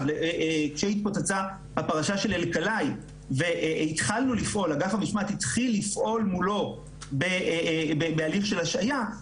כשהתפוצצה הפרשה של אלקלעי ואגף המשמעת התחיל לפעול מולו בהליך של השעיה,